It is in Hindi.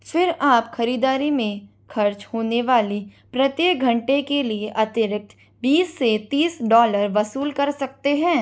फिर आप खरीदारी में खर्च होने वाली प्रत्येक घंटे के लिए अतिरिक्त बीस से तीस डॉलर वसूल कर सकते हैं